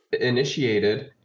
initiated